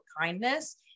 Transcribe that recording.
kindness